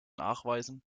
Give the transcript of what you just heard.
nachweisen